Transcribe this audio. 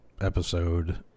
episode